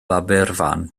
aberfan